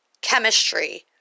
chemistry